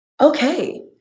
okay